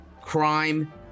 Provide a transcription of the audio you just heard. crime